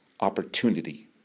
opportunity